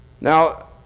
Now